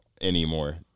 anymore